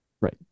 Right